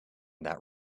that